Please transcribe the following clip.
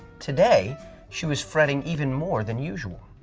today she was fretting even more than usual.